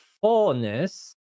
fullness